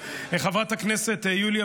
חברת הכנסת שיר,